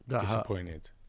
disappointed